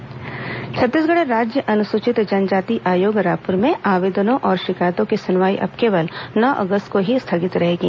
अजजा आयोग सुनवाई छत्तीसगढ़ राज्य अनुसूचित जनजाति आयोग रायपुर में आवेदनों और शिकायतों की सुनवाई अब केवल नौ अगस्त को ही स्थगित रहेगी